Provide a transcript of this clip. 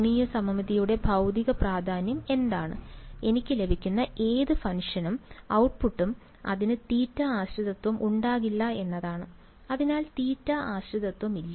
കോണീയ സമമിതിയുടെ ഭൌതിക പ്രാധാന്യം എന്താണ് എനിക്ക് ലഭിക്കുന്ന ഏത് ഫംഗ്ഷനും ഔട്ട്പുട്ടും അതിന് തീറ്റ ആശ്രിതത്വം ഉണ്ടാകില്ല എന്നതാണ് അതിനാൽ തീറ്റ ആശ്രിതത്വമില്ല